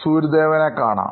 സൂര്യദേവനെ കാണാം